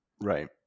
Right